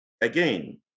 again